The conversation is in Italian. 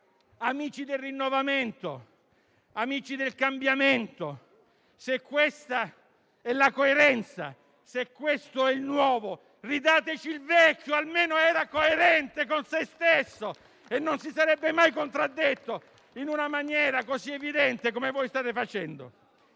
Amici del rinnovamento, amici del cambiamento, se questa è la coerenza, se questo è il nuovo, ridateci il vecchio; almeno era coerente con se stesso e non si sarebbe mai contraddetto in maniera così evidente come state facendo